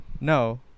No